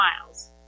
miles